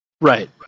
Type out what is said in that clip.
Right